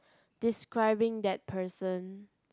describing that person